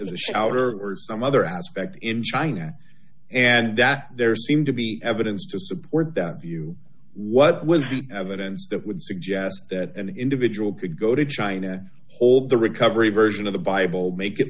the shower or some other aspect in china and that there seemed to be evidence to support that view what was the evidence that would suggest that an individual could go to china hold the recovery version of the bible make it